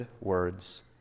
words